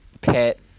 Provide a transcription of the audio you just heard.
pet